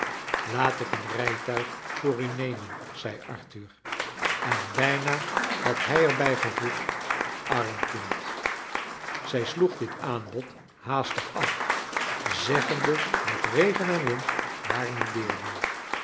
laat ik een rijtuig voor u nemen zei arthur en bijna had hij er bijgevoegd arm kind zij sloeg dit aanbod haastig af zeggende dat regen en wind haar niet deerden